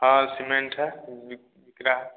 हाँ सीमेंट है बिक बिक रहा है